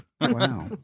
Wow